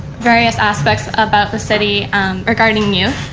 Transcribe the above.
various aspects about the city regarding youth.